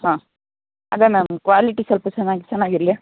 ಹಾಂ ಅದೆ ma'am quality ಸ್ವಲ್ಪ ಚೆನ್ನಾಗಿ ಚೆನ್ನಾಗಿರ್ಲಿ